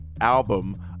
album